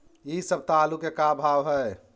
इ सप्ताह आलू के का भाव है?